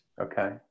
Okay